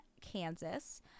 Kansas